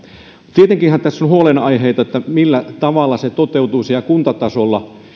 tietenkinhän tässä on huolenaiheita että millä tavalla se toteutuisi ihan kuntatasolla